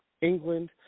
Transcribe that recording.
England